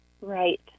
Right